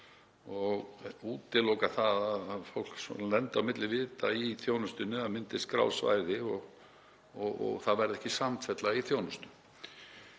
og útiloka að fólk lendi á milli vita í þjónustunni eða að það myndist grá svæði og það verði ekki samfella í þjónustu.